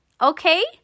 okay